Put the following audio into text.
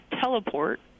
teleport